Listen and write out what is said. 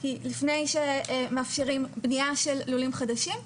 כי לפני שמאפשרים בנייה של לולים חדשים,